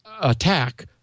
attack